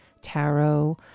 tarot